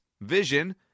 vision